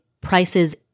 prices